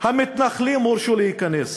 המתנחלים הורשו להיכנס.